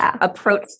approach